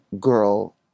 girl